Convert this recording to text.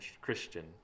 Christian